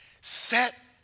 set